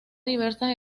diversas